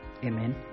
Amen